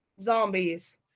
zombies